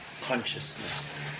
consciousness